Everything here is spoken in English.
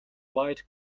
white